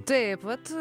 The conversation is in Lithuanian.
taip vat